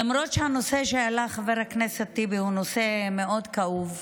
למרות שהנושא שהעלה חבר הכנסת טיבי הוא נושא מאוד כאוב,